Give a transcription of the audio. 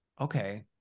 okay